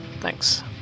Thanks